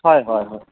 হয় হয় হয়